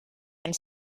and